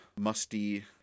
musty